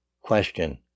Question